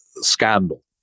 scandal